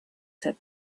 said